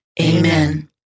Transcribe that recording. Amen